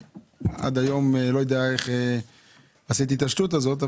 שעד היום אני לא יודע איך עשיתי את השטות הזאת,